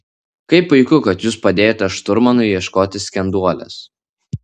kaip puiku kad jūs padėjote šturmanui ieškoti skenduolės